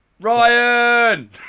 Ryan